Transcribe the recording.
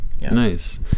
Nice